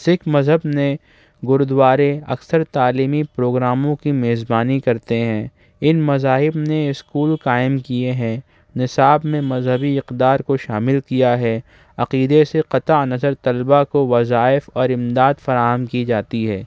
سکھ مذہب نے گورودوارے اکثر تعلیمی پروگراموں کی میزبانی کرتے ہیں ان مذاہب نے اسکول قائم کئے ہیں نصاب میں مذہبی اقدار کو شامل کیا ہے عقیدے سے قطع نظر طلبا کو وظائف اور امداد فراہم کی جاتی ہے